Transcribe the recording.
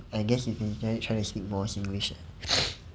I guess you've been trying to speak more singlish